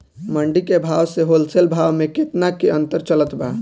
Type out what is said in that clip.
मंडी के भाव से होलसेल भाव मे केतना के अंतर चलत बा?